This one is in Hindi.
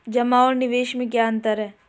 जमा और निवेश में क्या अंतर है?